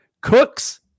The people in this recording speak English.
Cooks